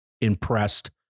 impressed